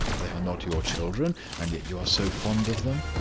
they are not your children and yet you are so fond of them?